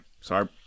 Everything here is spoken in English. Sorry